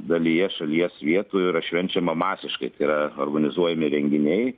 dalyje šalies vietų yra švenčiama masiškai yra organizuojami renginiai